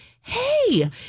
hey